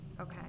okay